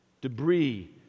debris